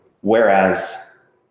Whereas